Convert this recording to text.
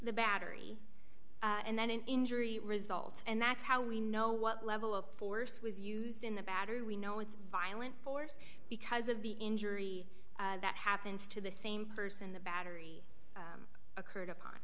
the battery and then an injury result and that's how we know what level of force was used in the battery we know it's violent force because of the injury that happens to the same person the battery occurred upon